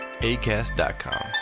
ACAST.com